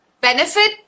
Benefit